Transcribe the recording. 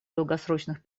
долгосрочных